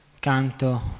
Canto